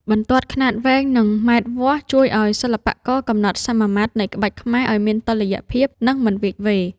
បន្ទាត់ខ្នាតវែង និងម៉ែត្រវាស់ ជួយឱ្យសិល្បករកំណត់សមាមាត្រនៃក្បាច់ខ្មែរឱ្យមានតុល្យភាព និងមិនវៀចវេរ។